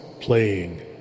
playing